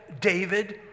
David